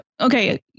Okay